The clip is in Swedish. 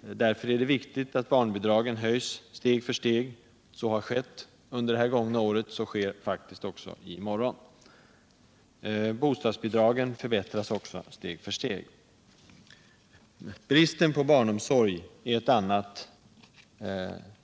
Därför är det viktigt att barnbidragen höjs steg för steg. Så har skett under det gångna året, en höjning inträffar också i morgon. Bostadsbidragen förbättras också steg för steg. Bristen på barnomsorg är ett annat